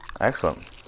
excellent